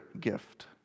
gift